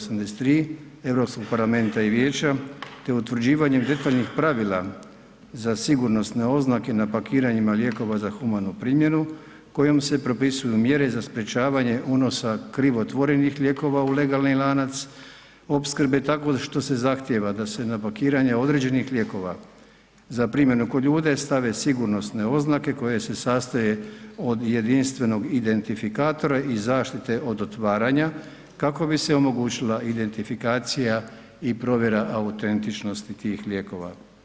83 Europskog parlamenta i vijeća te utvrđivanje detaljnih pravila za sigurnosne oznake na pakiranjima lijekova za humanu primjenu kojom se propisuju mjere za sprječavanje unosa krivotvorenih lijekova u legalni lanac opskrbe tako što se zahtjeva da se na pakiranje određenih lijekova za primjenu kod ljudi stave sigurnosne oznake koje se sastoje od jedinstvenog identifikatora i zaštite od otvaranja, kako bi se omogućila identifikacija i provjera autentičnosti tih lijekova.